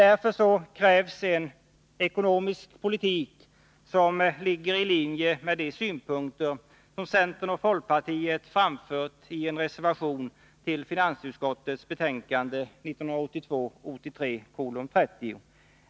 Därför krävs det en ekonomisk politik som ligger i linje med de synpunkter som centern och folkpartiet framfört i en reservation vid finansutskottets betänkande 1982/83:30.